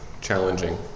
challenging